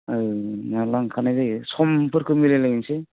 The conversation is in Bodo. ओ माब्ला ओंखारनाय जायो समफोरखौ मिलायलायनोसै